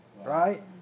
Right